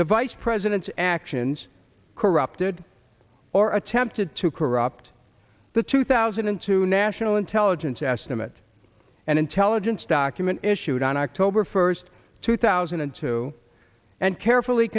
the vice president's actions corrupted or attempted to corrupt the two thousand and two national intelligence estimate and intelligence document issued on october first two thousand and two and carefully